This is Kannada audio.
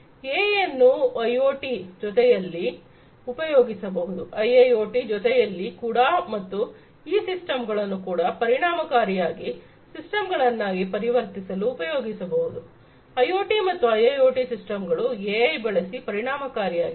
ಎಐ ಅನ್ನು ಐಒಟಿ ಜೊತೆಯಲ್ಲಿ ಉಪಯೋಗಿಸಬಹುದು ಐಐಒಟಿ ಜೊತೆಯಲ್ಲಿ ಕೂಡ ಮತ್ತು ಈ ಸಿಸ್ಟಮ್ ಗಳನ್ನು ಕೂಡ ಪರಿಣಾಮಕಾರಿಯಾದ ಸಿಸ್ಟಮ್ ಗಳನ್ನಾಗಿ ಪರಿವರ್ತಿಸಲು ಉಪಯೋಗಿಸಬಹುದು ಐಒಟಿ ಮತ್ತು ಐಐಒಟಿ ಸಿಸ್ಟಮ್ ಗಳು ಎಐ ಬಳಸಿ ಪರಿಣಾಮಕಾರಿಯಾಗಿದೆ